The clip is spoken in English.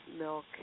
milk